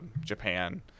japan